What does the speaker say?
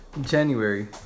January